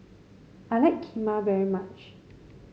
I like Kheema very much